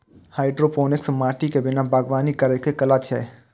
hydroponics माटि के बिना बागवानी करै के कला छियै